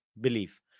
belief